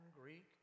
Greek